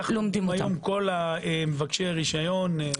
כך לומדים היום כל מבקשי הרשיון.